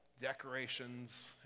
decorations